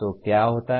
तो क्या होता है